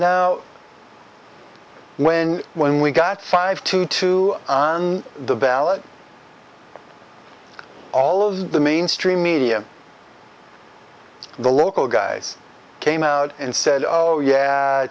now when when we got five to two on the ballot all of the mainstream media the local guys came out and said oh yeah